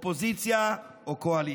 אופוזיציה או קואליציה.